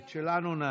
את שלנו נעשה.